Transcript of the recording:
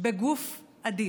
בגוף אדיש.